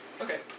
Okay